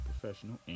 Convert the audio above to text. professional